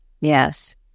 Yes